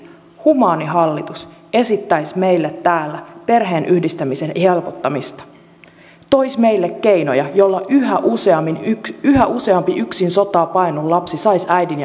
humaani hallitus esittäisi meille täällä perheenyhdistämisen helpottamista toisi meille keinoja joilla yhä useampi yksin sotaa paennut lapsi saisi äidin ja isän luokseen